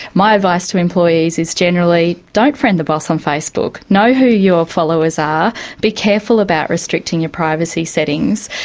my advice to employees is generally don't friend the boss on facebook. know who your followers are be careful about restricting your privacy settings,